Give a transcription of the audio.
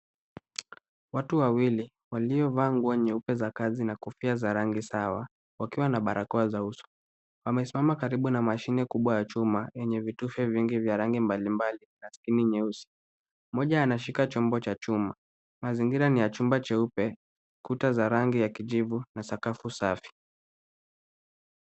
Watu wawili waliovaa nguo nyeupe za kazi na kofia za rangi sawa wakiwa na barakoa za uso. Wamesimama karibu na mashine kubwa ya chuma yenye vitufe vingi vya rangi mbalimbali na skrini nyeusi. Moja anashika chombo cha chuma. Mazingira ni ya chumba cheupe kuta za rangi ya kijivu na sakafu safi.